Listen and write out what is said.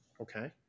Okay